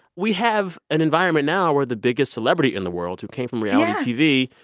we have an environment now where the biggest celebrity in the world who came from reality tv.